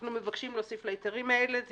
אנחנו מבקשים להוסיף להיתרים האלה זה